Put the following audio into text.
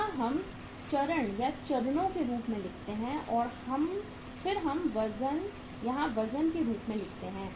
यहाँ हम चरण या चरणों के रूप में लिखते हैं और फिर हम यहाँ वजन के रूप में लिखते हैं